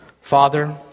Father